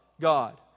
god